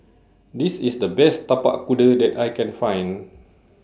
This IS The Best Tapak Kuda that I Can Find